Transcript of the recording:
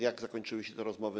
Jak zakończyły się te rozmowy?